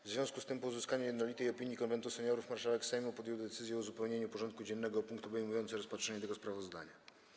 W związku z tym, po uzyskaniu jednolitej opinii Konwentu Seniorów, marszałek Sejmu podjął decyzję o uzupełnieniu porządku dziennego o punkt obejmujący rozpatrzenie tego sprawozdania.